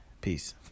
Peace